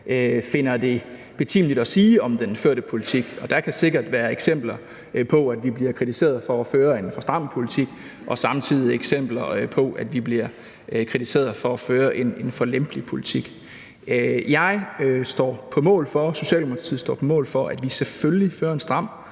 finder det betimeligt at sige om den førte politik. Og der kan sikkert være eksempler på, at vi bliver kritiseret for at føre en for stram politik og samtidig eksempler på, at vi bliver kritiseret for at føre en for lempelig politik. Jeg står på mål for, Socialdemokratiet står